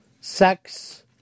sex